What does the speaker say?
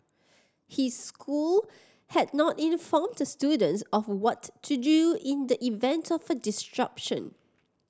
his school had not informed students of what to do in the event of a disruption